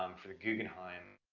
um for the guggenheim,